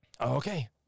Okay